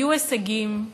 היו הישגים,